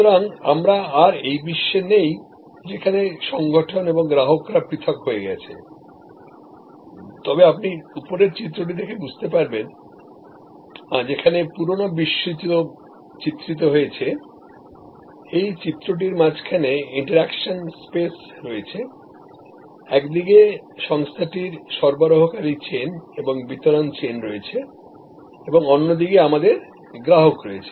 সুতরাং আমরা আর সেই বিশ্বে নেই যেখানে সংগঠন এবং গ্রাহকরা পৃথক হয়ে গেছে তবে আপনি উপরের চিত্রটি দেখে বুঝতে পারবেনযেখানে পুরানো বিশ্ব চিত্রিত হয়েছে এই চিত্রটির মাঝখানে ইন্টারঅ্যাকশন স্পেস রয়েছে একদিকে সংস্থাটির সরবরাহকারী চেইন এবং বিতরণ চেইনরয়েছে এবং অন্যদিকে আমাদের গ্রাহক রয়েছে